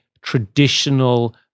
traditional